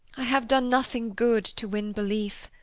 i have done nothing good to win belief,